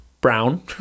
brown